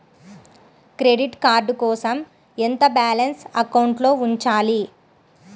Credit card కోసం ఎంత balance అకౌంట్లో ఉంచాలి?